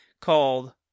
called